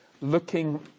looking